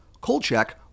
Kolchak